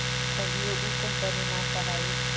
कभियो उ कंपनी ना कहाई